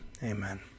Amen